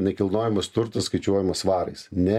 nekilnojamas turtas skaičiuojamas svarais ne